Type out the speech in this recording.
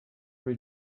will